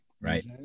Right